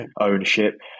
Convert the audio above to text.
ownership